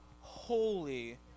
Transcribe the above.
holy